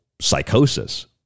psychosis